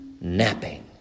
napping